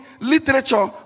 literature